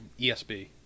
ESB